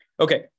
Okay